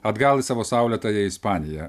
atgal į savo saulėtąją ispaniją